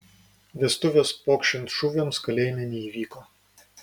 vestuvės pokšint šūviams kalėjime neįvyko